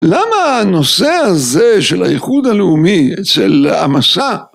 למה הנושא הזה של האיחוד הלאומי אצל המסע?